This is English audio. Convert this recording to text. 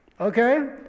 Okay